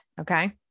Okay